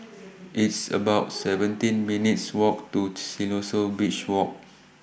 It's about seventeen minutes' Walk to Siloso Beach Walk